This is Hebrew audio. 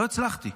לא הצלחתי.